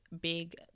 big